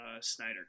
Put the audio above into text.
Snyder